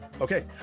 Okay